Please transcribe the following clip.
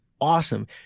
awesome